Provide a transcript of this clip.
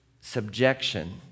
subjection